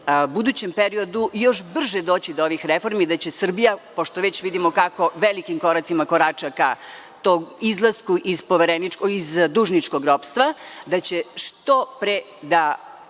budućem periodu još brže doći do ovih reformi, da će Srbija, pošto već vidimo kako velikim koracima korača ka tom izlasku iz dužničkog ropstva, da će što pre da